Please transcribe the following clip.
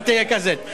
אל תהיה כזה.